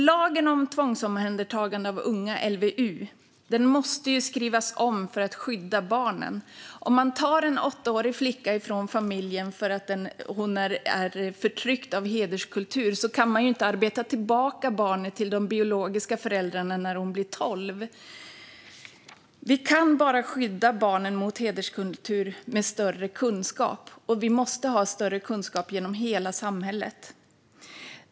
Lagen om tvångsomhändertagande av unga, LVU, måste skrivas om för att skydda barnen. Om man tar en åttaårig flicka från familjen för att hon är förtryckt av hederskultur kan man inte arbeta tillbaka henne till de biologiska föräldrarna när hon blir tolv. Vi kan bara skydda barnen mot hederskultur med större kunskap, och hela samhället måste ha större kunskap om detta.